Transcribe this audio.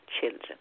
children